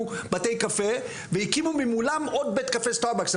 בתי קפה והקימו מולם עוד בית קפה סטארבקס,